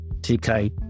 TK